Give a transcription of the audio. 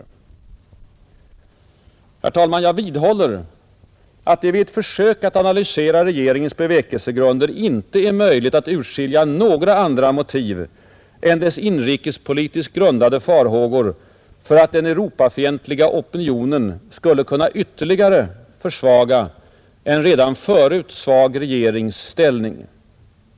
Herr talman! Jag vidhåller att det vid ett försök att analysera regeringens bevekelsegrunder inte är möjligt att urskilja några andra motiv än dess inrikespolitiskt grundade farhågor för att den europafientliga opinionen skulle kunna ytterligare försvaga en redan förut svag regerings ställning.